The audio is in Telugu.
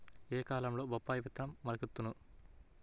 ఏ కాలంలో బొప్పాయి విత్తనం మొలకెత్తును?